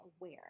aware